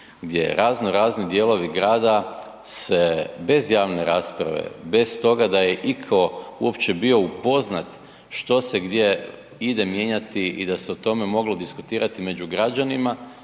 gdje raznorazni dijelovi grada se bez javne rasprave, bez toga da je iko uopće bio upoznat što se gdje ide mijenjati i da se o tome moglo diskutirati među građanima